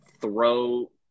throw